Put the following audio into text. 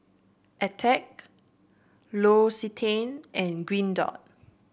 Attack L'Occitane and Green Dot